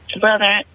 brother